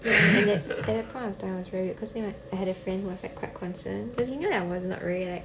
ya at that at that point of time I was cause I had a friend who was quite concerned cause he knew that I wasn't really like